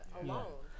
alone